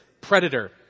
predator